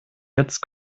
jetzt